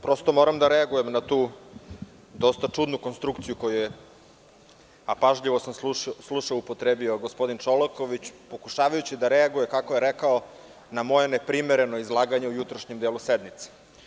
Prosto moram da reagujem na tu dosta čudnu konstrukciju koju ste upotrebili, a pažljivo sam slušao, upotrebio gospodin Čolaković pokušavajući da reaguje, kako je rekao na moje neprimereno izlaganje u jutrošnjem delu sednice.